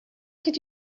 could